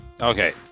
Okay